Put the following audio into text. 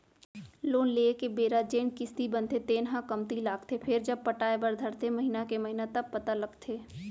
loan लेए के बेरा जेन किस्ती बनथे तेन ह कमती लागथे फेरजब पटाय बर धरथे महिना के महिना तब पता लगथे